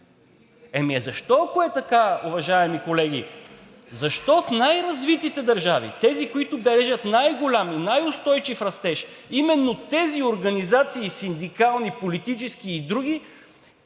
Еми защо, ако е така, уважаеми колеги, защо в най-развитите държави, тези, които държат най-голям и най-устойчив растеж, именно тези организации – и синдикални, политически и други,